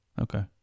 Okay